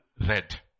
red